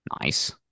nice